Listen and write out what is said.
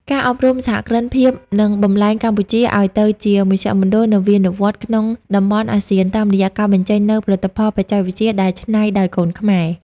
ការអប់រំសហគ្រិនភាពនឹងបំប្លែងកម្ពុជាឱ្យទៅជា "មជ្ឈមណ្ឌលនវានុវត្តន៍" ក្នុងតំបន់អាស៊ាន តាមរយៈការបញ្ចេញនូវផលិតផលបច្ចេកវិទ្យាដែលច្នៃដោយកូនខ្មែរ។